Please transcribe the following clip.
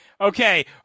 Okay